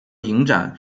影展